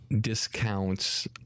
discounts